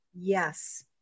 yes